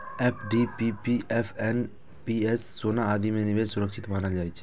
FD, PPF, NPS, सोना आदि मे निवेश सुरक्षित मानल जाइ छै